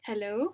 hello